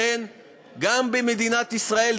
גם במדינת ישראל,